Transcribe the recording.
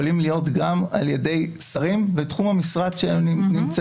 להיות גם על ידי שרים בתחום המשרד שלהם.